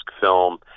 film